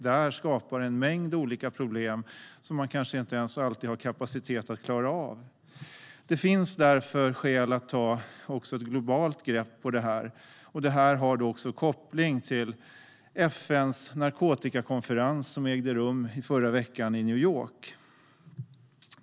Där skapar det en mängd olika problem som man kanske inte ens har kapacitet att klara av. Det finns därför skäl att ta ett globalt grepp om detta. Här finns det också en koppling till FN:s narkotikakonferens som ägde rum i förra veckan i New York.